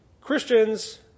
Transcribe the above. Christians